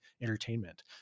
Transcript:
entertainment